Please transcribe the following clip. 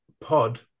Pod